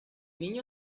niño